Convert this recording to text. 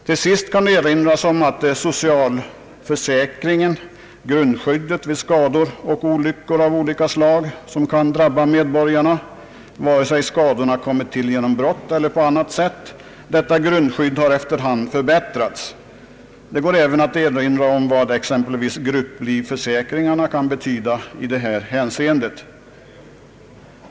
Till sist kan erinras om att socialförsäkringens grundskydd vid skador och olyckor av olika slag som kan drabba medborgarna, vare sig skadorna kommit till genom brott eller på annat sätt, efter hand har förbättrats. Det bör även nämnas vad exempelvis grupplivförsäkringarna kan betyda i detta hänseende.